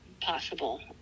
possible